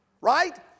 right